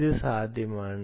അത് സാധ്യമാണ്